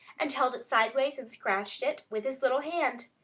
and held it sideways and scratched it with his little hand.